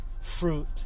fruit